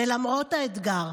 ולמרות האתגר,